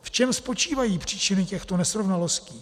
V čem spočívají příčiny těchto nesrovnalostí?